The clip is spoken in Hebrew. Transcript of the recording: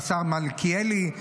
והשר מלכיאלי,